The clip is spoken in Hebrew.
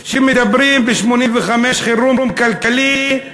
כשדיברו ב-1985 על חירום כלכלי,